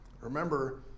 Remember